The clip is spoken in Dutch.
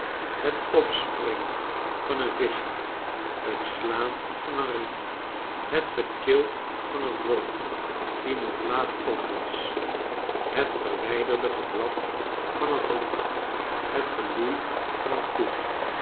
het opspringen van een vischje het slaan van een riem het getjilp van een vogel die nog laat op was het verwijderde geblaf van een hond het geloei van een koe